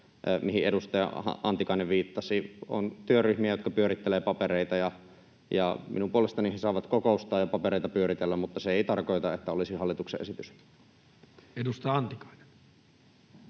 mihin edustaja Antikainen viittasi. On työryhmiä, jotka pyörittelevät papereita, ja minun puolestani he saavat kokoustaa ja papereita pyöritellä, mutta se ei tarkoita, että olisi hallituksen esitys. [Speech